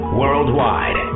worldwide